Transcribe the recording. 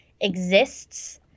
exists